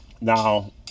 now